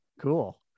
cool